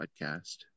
podcast